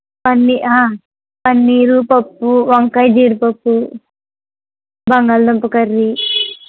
పన్నీ పన్నీరు పప్పు వంకాయ జీడిపప్పు బంగాళ దుంప కర్రీ